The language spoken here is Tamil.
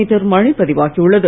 மீட்டர் மழை பதிவாகி உள்ளது